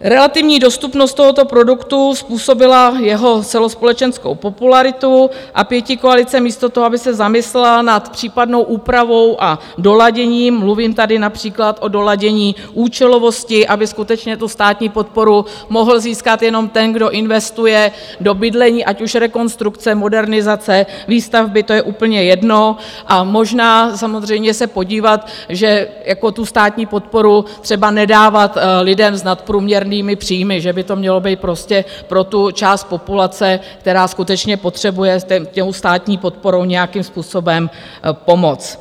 Relativní dostupnost tohoto produktu způsobila jeho celospolečenskou popularitu a pětikoalice místo toho, aby se zamyslela nad případnou úpravou a doladěním, mluvím tady například o doladění účelovosti, aby skutečně tu státní podporu mohl získat jenom ten, kdo investuje do bydlení, ať už rekonstrukce, modernizace, výstavby, to je úplně jedno, a možná samozřejmě se podívat, že tu státní podporu třeba nedávat lidem s nadprůměrnými příjmy, že by to mělo být prostě pro tu část populace, která skutečně potřebuje státní podporou nějakým způsobem pomoct.